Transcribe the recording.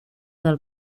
del